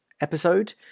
episode